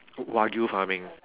wagyu farming